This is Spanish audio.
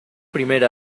primer